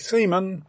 Seaman